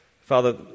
Father